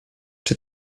czy